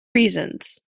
reasons